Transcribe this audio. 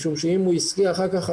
כל הרצף הזה לכל ההתמכרויות,